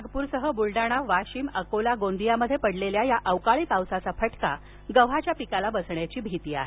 नागपूरसह बूलडाणा वाशीम अकोला गोंदियात पडलेल्या या अवकाळी पावसाचा फटका गहू पिकाला बसण्याची भीती आहे